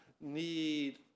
need